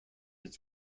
its